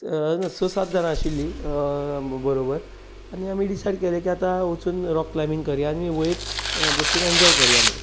स सात जाणां आशिल्लीं बरोबर आनी आमी डिसायड केलें की आतां वचून राॅक क्लायंबिंग करया आमी वयर बसून एन्जोय करया म्हणून